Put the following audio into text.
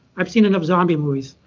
i've seen enough zombie movies.